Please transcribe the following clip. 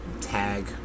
tag